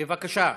בבקשה.